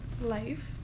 life